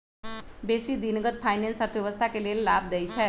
बेशी दिनगत फाइनेंस अर्थव्यवस्था के लेल लाभ देइ छै